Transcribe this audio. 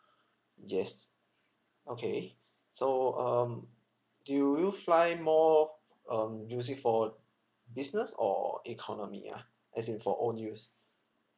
yes okay so um do you fly more um use it for business or economy ah as in for own use